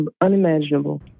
unimaginable